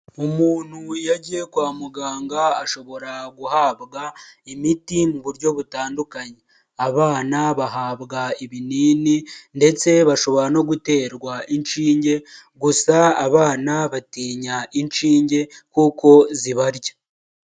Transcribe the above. Umuntu yagiye kwa muganga ashobora guhabwa imiti mu buryo butandukanye, abana bahabwa ibinini ndetse bashobora no guterwa inshinge, gusa abana batinya inshinge kuko zibarya.